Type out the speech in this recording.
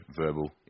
verbal